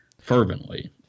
fervently